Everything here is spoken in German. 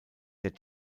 der